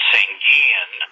Sangian